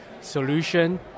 solution